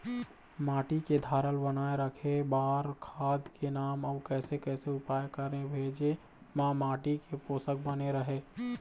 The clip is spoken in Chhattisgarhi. माटी के धारल बनाए रखे बार खाद के नाम अउ कैसे कैसे उपाय करें भेजे मा माटी के पोषक बने रहे?